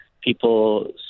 people